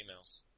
emails